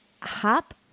hop